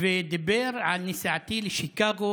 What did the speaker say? ודיבר על נסיעתי לשיקגו,